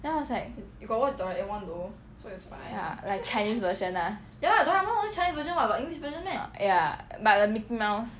then I was like ya like chinese version lah ya but the mickey mouse